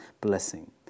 blessing